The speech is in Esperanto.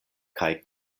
kaj